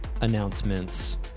announcements